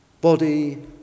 Body